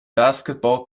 basketball